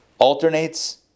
Alternates